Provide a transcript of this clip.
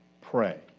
pray